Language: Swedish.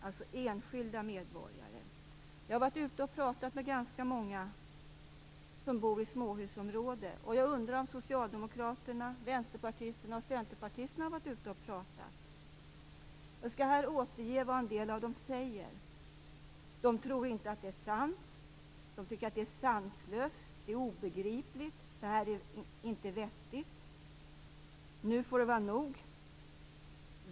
Jag har varit ute och talat med ganska många som bor i småhusområden. Jag undrar om socialdemokraterna, vänsterpartisterna och centerpartisterna gjort det. Jag skall här återge en del av det de säger. De tror inte att det är sant. De tycker att det är sanslöst. Det är obegripligt. Det här är inte vettigt. Nu får det vara nog.